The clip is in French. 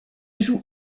joue